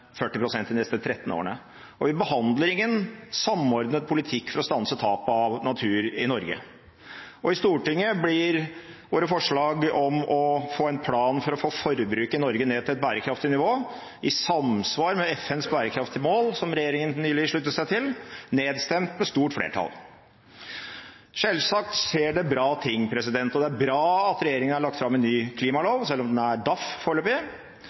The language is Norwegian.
pst. de neste 13 årene. Vi behandler ingen samordnet politikk for å stanse tapet av natur i Norge. Og i Stortinget blir våre forslag om å få en plan for å få forbruket i Norge ned til et bærekraftig nivå i samsvar med FNs bærekraftige mål, som regjeringen nylig sluttet seg til, nedstemt med stort flertall. Selvsagt skjer det bra ting, og det er bra at regjeringen har lagt fram en ny klimalov, selv om den er daff foreløpig.